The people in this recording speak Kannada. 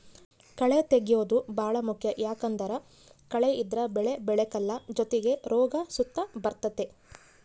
ಕಳೇ ತೆಗ್ಯೇದು ಬಾಳ ಮುಖ್ಯ ಯಾಕಂದ್ದರ ಕಳೆ ಇದ್ರ ಬೆಳೆ ಬೆಳೆಕಲ್ಲ ಜೊತಿಗೆ ರೋಗ ಸುತ ಬರ್ತತೆ